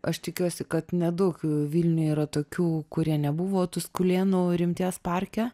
aš tikiuosi kad nedaug vilniuje yra tokių kurie nebuvo tuskulėnų rimties parke